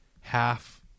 half